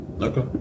Okay